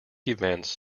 events